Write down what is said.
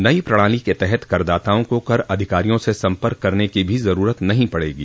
नई प्रणाली के तहत करदाताओं को कर अधिकारियों से संपर्क करने की भी जरूरत नहीं पड़ेगी